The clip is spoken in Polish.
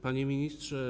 Panie Ministrze!